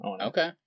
Okay